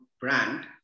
brand